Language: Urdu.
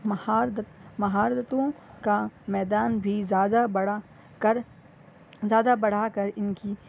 مہاردتوں کا میدان بھی زیادہ بڑا کر زیادہ بڑھا کر ان کی